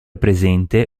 presente